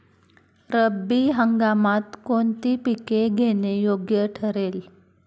रब्बी हंगामात कोणती पिके घेणे योग्य ठरेल?